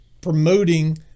promoting